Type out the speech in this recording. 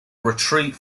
retreat